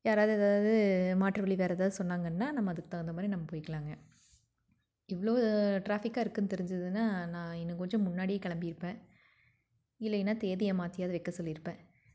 யாராவது எதாவது மாற்று வழி வேறு ஏதாவது சொன்னாங்கன்னா நம்ம அதுக்கு தகுந்த மாதிரி நம்ம போய்க்கலாங்க இவ்வளோ ட்ராஃபிக்காக இருக்கும்னு தெரிஞ்சுதுன்னா நான் இன்னும் கொஞ்சம் முன்னாடியே கிளம்பிருப்பன் இல்லைனா தேதியை மற்றியாவது வைக்க சொல்லிருப்பேன்